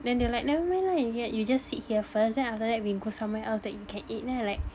then they were like never mind lah you just sit here first then after that we go somewhere else that you can eat then I like